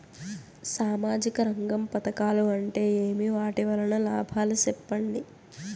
సామాజిక రంగం పథకాలు అంటే ఏమి? వాటి వలన లాభాలు సెప్పండి?